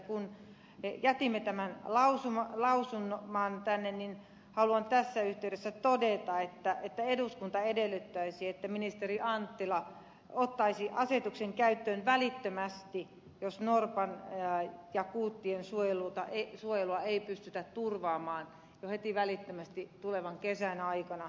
kun jätimme tämän lausuman tänne niin haluan tässä yhteydessä todeta että eduskunta edellyttäisi että ministeri anttila ottaisi asetuksen käyttöön välittömästi jos norpan ja kuuttien suojelua ei pystytä turvaamaan jo heti välittömästi tulevan kesän ja kevään aikana